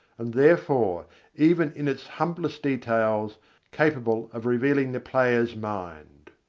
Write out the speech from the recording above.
and therefore even in its humblest details capable of revealing the player's mind.